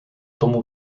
tomu